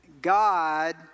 God